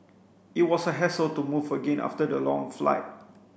it was a hassle to move again after the long flight